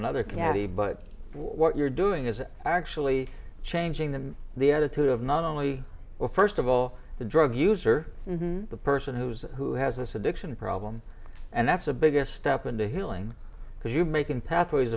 another community but what you're doing is actually changing the the attitude of not only well first of all the drug user the person who's who has this addiction problem and that's the biggest step in the healing because you're making pathways